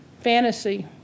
fantasy